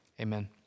Amen